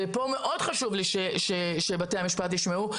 פה מאוד חשוב לי שבתי המשפט ישמעו,